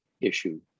issue